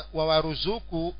Wawaruzuku